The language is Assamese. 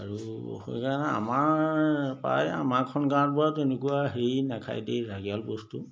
আৰু সেইকাৰণে আমাৰ প্ৰায় আমাৰখন গাঁৱত বাৰু তেনেকুৱা হেৰি নাখায় দেই ৰাগিয়াল বস্তু